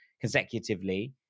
consecutively